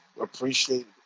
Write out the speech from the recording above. appreciate